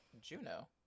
Juno